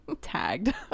tagged